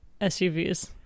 SUVs